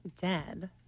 dead